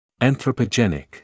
Anthropogenic